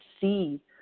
see